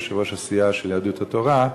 יושב-ראש סיעת יהדות התורה.